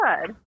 Good